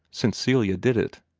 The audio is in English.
since celia did it.